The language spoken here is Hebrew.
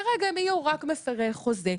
כרגע הם יהיו רק מפרי חוזה.